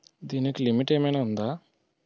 దీనికి లిమిట్ ఆమైనా ఉందా?